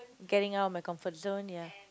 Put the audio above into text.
getting out of my comfort zone ya